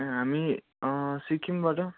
हामी सिक्किमबाट